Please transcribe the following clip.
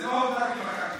זה לא הוגדר כמכת מדינה.